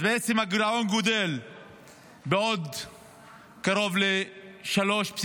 אז בעצם הגירעון גדל בעוד קרוב ל-3.4.